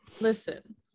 Listen